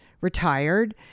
retired